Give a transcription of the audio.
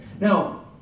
Now